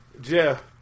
Jeff